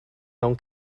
mewn